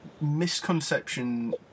misconception